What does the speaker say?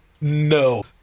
No